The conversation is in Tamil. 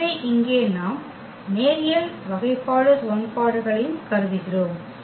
எனவே இங்கே நாம் நேரியல் வகைபாடு சமன்பாடுகளை கருதுகிறோம்